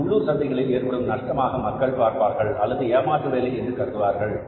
இது உள்ளூர் சந்தைகளில் ஏற்படும் நஷ்டமாக மக்கள் பார்ப்பார்கள் அல்லது ஏமாற்று வேலை என்று கருதுவார்கள்